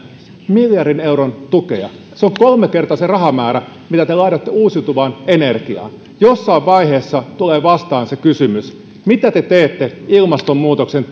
tukea miljardi euroa se on kolme kertaa se rahamäärä mitä te laitatte uusiutuvaan energiaan jossain vaiheessa tulee vastaan kysymys mitä te teette ilmastonmuutoksen